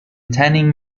tanning